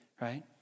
right